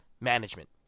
management